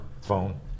phone